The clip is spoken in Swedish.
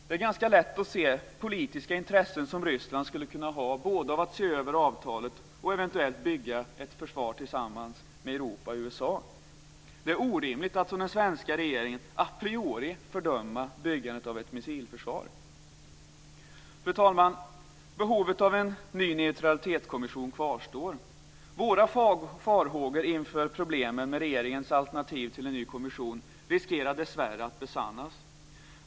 Det är ganska lätt att se det politiska intresse som Ryssland skulle kunna ha både av att se över avtalet och av att eventuellt bygga ett försvar tillsammans med Europa och USA. Det är orimligt att, som den svenska regeringen gör, a priori fördöma byggandet av ett missilförsvar. Fru talman! Behovet av en ny neutralitetskommission kvarstår. Våra farhågor inför problemen med regeringens alternativ till en ny kommission riskerar dessvärre att besannas.